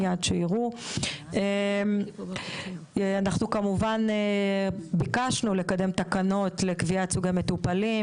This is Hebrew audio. אנחנו כמובן ביקשנו לקדם תקנות לקביעת סוג המטופלים,